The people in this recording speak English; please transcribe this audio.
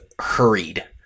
hurried